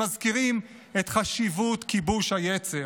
מזכירים את חשיבות כיבוש היצר.